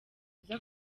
uza